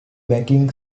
backing